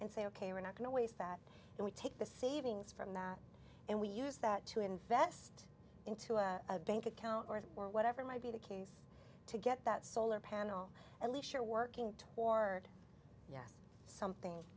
say ok we're not going to waste that and we take the savings from that and we use that to invest into a bank account or whatever might be the case to get that solar panel at least you're working toward yes something